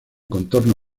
contorno